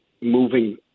moving